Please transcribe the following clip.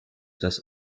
das